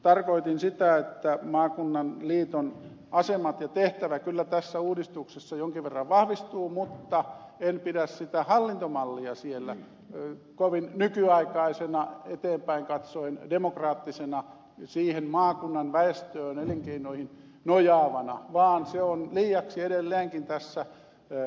tarkoitin sitä että maakunnan liiton asema ja tehtävät kyllä tässä uudistuksessa jonkin verran vahvistuvat mutta en pidä sitä hallintomallia siellä kovin nykyaikaisena eteenpäin katsoen demokraattisena siihen maakunnan väestöön ja elinkeinoihin nojaavana vaan se on liiaksi edelleenkin tässä keskushallinto ja ministeriöjohtoinen